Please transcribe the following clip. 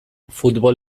futbol